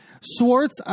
Swartz